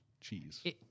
cheese